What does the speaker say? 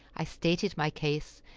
i stated my case,